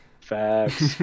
facts